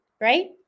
right